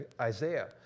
Isaiah